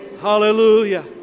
Hallelujah